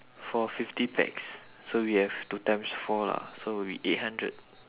for fifty pax so we have to times four lah so it will be eight hundred